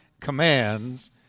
commands